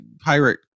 pirate